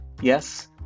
yes